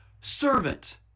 servant